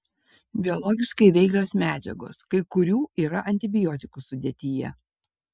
biologiškai veiklios medžiagos kai kurių yra antibiotikų sudėtyje